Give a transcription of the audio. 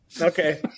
Okay